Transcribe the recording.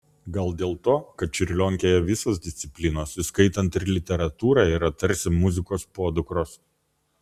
gal dėl to kad čiurlionkėje visos disciplinos įskaitant ir literatūrą yra tarsi muzikos podukros